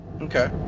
Okay